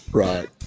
right